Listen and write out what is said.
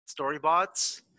storybots